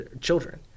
children